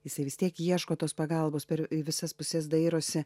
jisai vis tiek ieško tos pagalbos per į visas puses dairosi